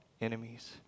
enemies